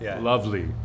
lovely